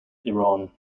iran